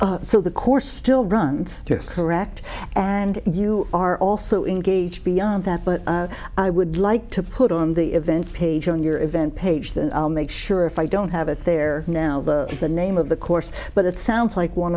so the core still runs this correct and you are also engaged beyond that but i would like to put on the event page on your event page then i'll make sure if i don't have it there now the the name of the course but it sounds like one